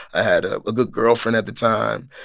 i had a ah good girlfriend at the time.